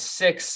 six